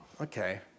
okay